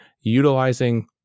utilizing